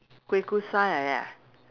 kuih kosui like that ah